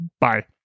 Bye